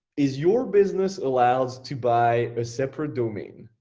is your business allows to buy a separate domain.